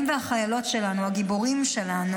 זאת אומרת שיש לנו 16 בעד,